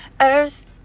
earth